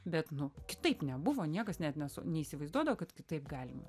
bet nu kitaip nebuvo niekas net ne neįsivaizduodavo kad kitaip galima